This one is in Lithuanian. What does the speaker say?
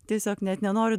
tiesiog net nenoriu